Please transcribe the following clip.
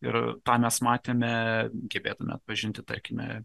ir tą mes matėme gebėtume atpažinti tarkime